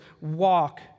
walk